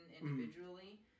individually